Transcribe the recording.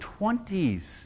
20s